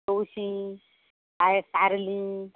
तवशीं पाय कार्ली